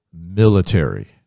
Military